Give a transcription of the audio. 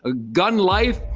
a gun life,